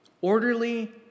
Orderly